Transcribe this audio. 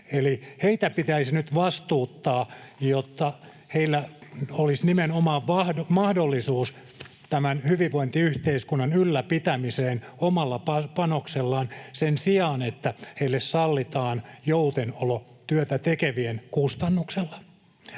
heitä pitäisi nyt vastuuttaa, jotta heillä olisi nimenomaan mahdollisuus tämän hyvinvointiyhteiskunnan ylläpitämiseen omalla panoksellaan sen sijaan, että heille sallitaan joutenolo työtä tekevien kustannuksella.